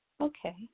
Okay